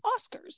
Oscars